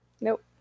nope